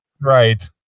Right